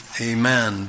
amen